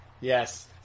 Yes